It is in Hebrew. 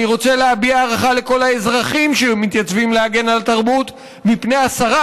אני רוצה להביע הערכה לכל האזרחים שמתייצבים להגן על התרבות מפני השרה,